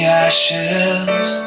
ashes